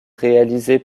réalisés